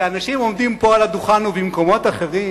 שאנשים עומדים פה על הדוכן ובמקומות אחרים